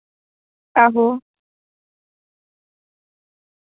आहो